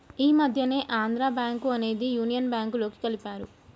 ఈ మధ్యనే ఆంధ్రా బ్యేంకు అనేది యునియన్ బ్యేంకులోకి కలిపారు